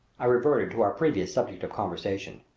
i reverted to our previous subject of conversation.